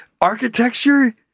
architecture